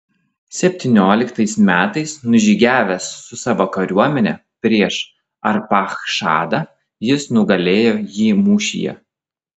septynioliktais metais nužygiavęs su savo kariuomene prieš arpachšadą jis nugalėjo jį mūšyje